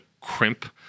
crimp